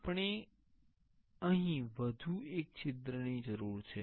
આપણને અહીં પણ એક વધુ છિદ્રની જરૂર છે